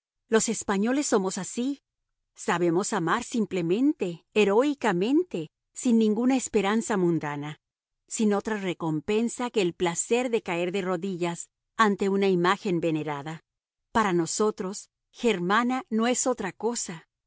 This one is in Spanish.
los españoles somos así sabemos amar simplemente heroicamente sin ninguna esperanza mundana sin otra recompensa que el placer de caer de rodillas ante una imagen venerada para nosotros germana no es otra cosa